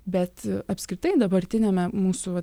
bet apskritai dabartiniame mūsų vat